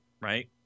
right